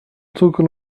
token